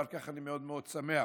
ועל כך אני מאוד מאוד שמח.